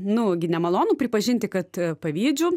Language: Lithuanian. nu gi nemalonu pripažinti kad pavydžiu